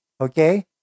Okay